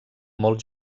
molt